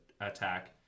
attack